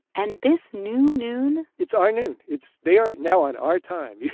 and this new noon. it's our noon. it's they are now on our time, you